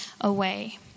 away